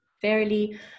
fairly